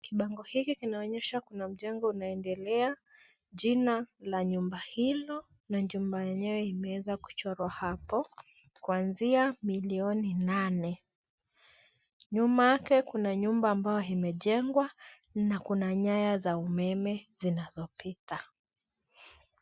Bango hili linaonyesha kuna mjengo unaendelea jina la jumba hilo na nyumba yenyewe imeweza kuchorwa hapo, kuanzia milioni nane. Nyuma yake kuna nyumba ambayo imejengwa na kuna nyaya za umeme zinazopita.